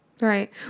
Right